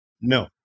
No